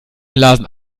lasen